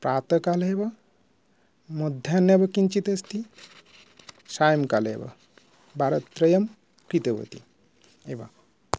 प्रातःकाले एव मध्याह्ने अपि किञ्चित् अस्ति सायङ्काले एव वारत्रयं कृतवती एवं